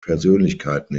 persönlichkeiten